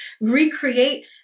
recreate